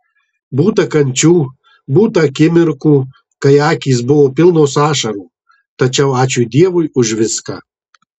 būta kančių būta akimirkų kai akys buvo pilnos ašarų tačiau ačiū dievui už viską